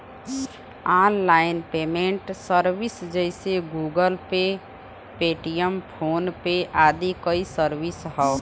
online payment service जइसे Google Pay, Paytm, PhonePe आदि कई सर्विस हौ